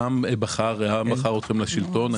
העם בחר אתכם לשלטון.